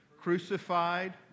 crucified